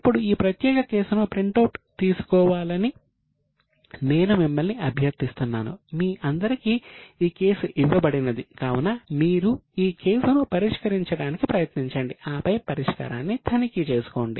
ఇప్పుడు ఈ ప్రత్యేక కేసును ప్రింటవుట్ తీసుకోవాలని నేను మిమ్మల్ని అభ్యర్థిస్తున్నాను మీ అందరికీ ఈ కేసు ఇవ్వబడినది కావున మీరు ఈ కేసును పరిష్కరించడానికి ప్రయత్నించండి ఆపై పరిష్కారాన్ని తనిఖీ చేసుకోండి